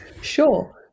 Sure